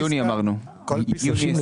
אמרנו חודש יוני.